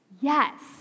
Yes